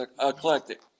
eclectic